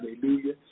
hallelujah